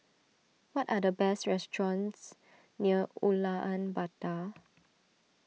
what are the best restaurants near Ulaanbaatar